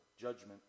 judgment